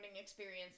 experience